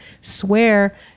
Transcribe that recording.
swear